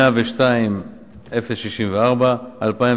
102 מיליון